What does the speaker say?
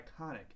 iconic